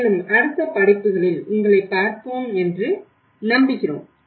மேலும் அடுத்த படிப்புகளில் உங்களைப் பார்ப்போம் என்று நம்புகிறோம்